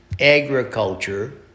agriculture